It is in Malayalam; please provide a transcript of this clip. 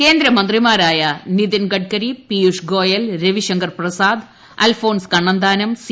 കേന്ദ്രമന്ത്രിമാരായ നിതിൻഗഡ്കരി പിയൂഷ് ഗോയൽ രവിശങ്കർ പ്രസാദ് അൽഫോൺസ് കണ്ണന്ത്രാനം സി